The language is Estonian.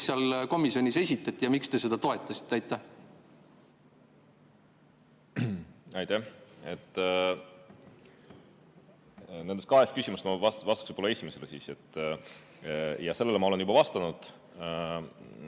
teile seal komisjonis esitati ja miks te seda toetasite? Aitäh! Nendest kahest küsimusest ma vastaksin võib-olla esimesele. Ja sellele ma olen juba vastanud.